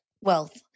wealth